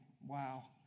wow